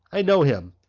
i know him.